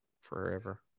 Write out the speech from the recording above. forever